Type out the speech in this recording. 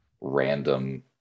random